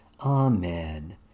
Amen